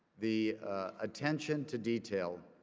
the attention to detail,